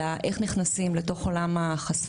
על איך נכנסים לתוך החשפנות,